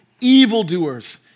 evildoers